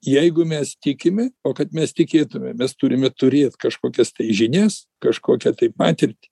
jeigu mes tikime o kad mes tikėtumėm mes turime turėt kažkokias žinias kažkokią tai patirtį